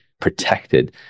Protected